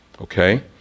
Okay